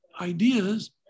ideas